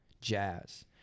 jazz